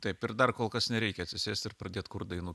taip ir dar kol kas nereikia atsisėst ir pradėt kurt dainų